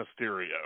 Mysterio